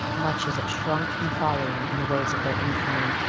much as it shrunk from following in the ways of their infamy.